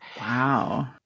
Wow